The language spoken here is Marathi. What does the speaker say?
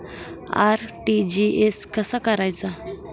आर.टी.जी.एस कसा करायचा?